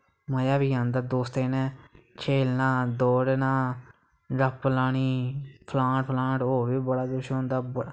मज़ा बी आंदा दोस्तें कन्नै खोलना दौड़ना गप्प लानी खलान पलान होर बी बड़ा किश होंदा